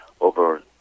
over